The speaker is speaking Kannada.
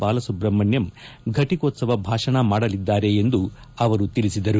ಬಾಲಸುಬ್ರಹ್ಮಣ್ಕಂ ಫಟಕೋತ್ಸವ ಭಾಷಣ ಮಾಡಲಿದ್ದಾರೆ ಎಂದು ಅವರು ತಿಳಿಸಿದರು